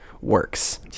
works